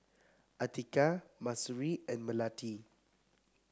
Atiqah Mahsuri and Melati